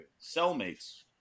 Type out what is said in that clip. cellmates